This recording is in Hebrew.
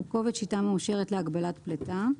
קובץ שיטה מאושרת להגבלת פליטה,